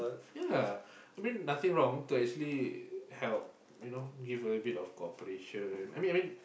ya I mean nothing wrong to actually help you know give a bit of cooperation